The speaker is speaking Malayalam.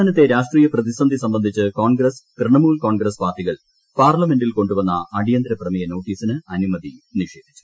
സംസ്ഥാനത്ത് രാഷ്ട്രീയ പ്രതിസന്ധി സംബന്ധിച്ച് കോൺഗ്രസ്സ് തൃണമൂൽ കോൺഗ്രസ്സ് പാർട്ടികൾ പാർലമെന്റിൽ കൊണ്ടുവന്ന അടിയന്തര പ്രമേയ നോട്ടീസിന് അനുമതി നിഷേധിച്ചു